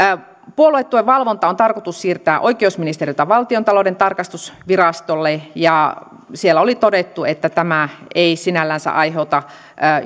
puoluetuen valvonta on tarkoitus siirtää oikeusministeriöltä valtiontalouden tarkastusvirastolle ja siellä oli todettu että tämä ei sinällänsä aiheuta